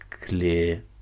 clear